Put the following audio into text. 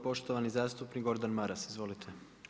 Poštovani zastupnik Gordan Maras, izvolite.